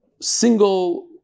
single